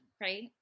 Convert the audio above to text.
right